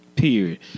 period